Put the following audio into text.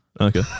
Okay